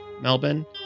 Melbourne